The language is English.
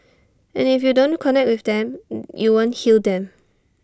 and if you don't connect with them you won't heal them